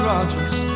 Rogers